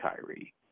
Kyrie